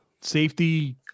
safety –